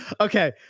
Okay